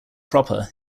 proper